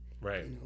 right